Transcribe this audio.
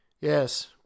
Yes